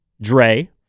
Dre